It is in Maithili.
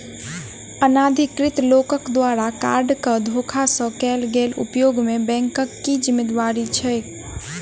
अनाधिकृत लोकक द्वारा कार्ड केँ धोखा सँ कैल गेल उपयोग मे बैंकक की जिम्मेवारी छैक?